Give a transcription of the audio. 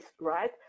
right